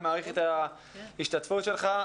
אני מעריך את ההשתתפות שלך.